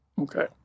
Okay